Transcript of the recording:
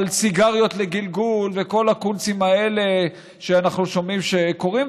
סיגריות לגלגול וכל הקונצים האלה שאנחנו שומעים שקורים,